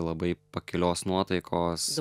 labai pakilios nuotaikos